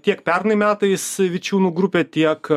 tiek pernai metais vičiūnų grupė tiek